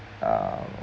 um